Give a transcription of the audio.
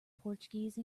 portuguese